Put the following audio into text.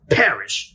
perish